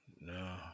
No